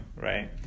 right